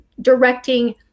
directing